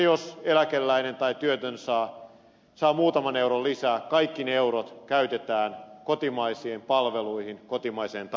jos eläkeläinen tai työtön saa muutaman euron lisää kaikki ne eurot käytetään kotimaisiin palveluihin kotimaiseen talouteen